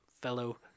fellow